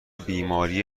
بیماری